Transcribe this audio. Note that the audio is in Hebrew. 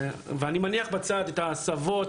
ואני מניח בצד את ההסבות,